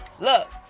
Look